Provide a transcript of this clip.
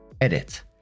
Edit